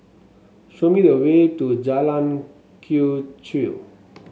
show me the way to Jalan Quee Chew